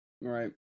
right